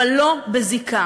אבל לא בזיקה.